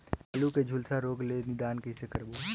आलू के झुलसा रोग ले निदान कइसे करबो?